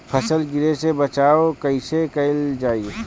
फसल गिरे से बचावा कैईसे कईल जाई?